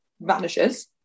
vanishes